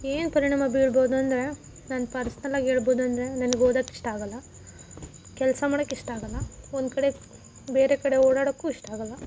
ಏನು ಪರಿಣಾಮ ಬೀಳ್ಬೋದು ಅಂದರೆ ನಾನು ಪರ್ಸನಲ್ ಆಗಿ ಹೇಳ್ಬೋದು ಅಂದರೆ ನನಗೆ ಓದಕ್ಕೆ ಇಷ್ಟ ಆಗೋಲ್ಲ ಕೆಲಸ ಮಾಡಕ್ಕೆ ಇಷ್ಟ ಆಗೋಲ್ಲ ಒಂದು ಕಡೆ ಬೇರೆ ಕಡೆ ಓಡಾಡೋಕ್ಕೂ ಇಷ್ಟ ಆಗೋಲ್ಲ